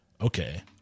Okay